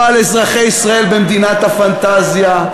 לא על אזרחי ישראל במדינת הפנטזיה,